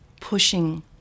pushing